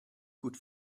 good